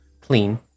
clean